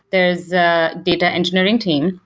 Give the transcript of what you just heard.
there's a data engineering team.